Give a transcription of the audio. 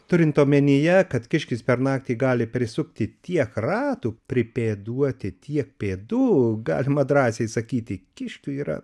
turint omenyje kad kiškis per naktį gali prisukti tiek ratų pripėduoti tiek pėdų galima drąsiai sakyti kiškių yra